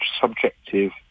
subjective